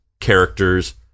characters